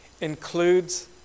includes